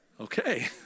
Okay